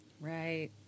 Right